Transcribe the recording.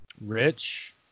rich